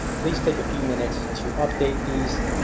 please take a few minutes to update these.